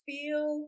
Feel